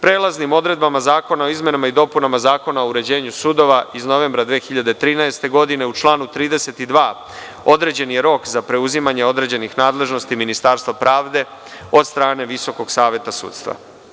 Prelaznim odredbama Zakona o izmenama i dopunama Zakona o uređenju sudova, iz novembra 2013. godine, u članu 32. određen je rok za preuzimanje određenih nadležnosti Ministarstva pravde od strane Visokog saveta sudstva.